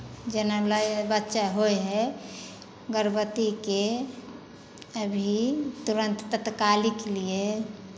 जेना भेलै बच्चा होइ हइ गर्भवतीके अभी तुरन्त तात्कालिक लिए